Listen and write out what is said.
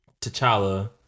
T'Challa